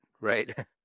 Right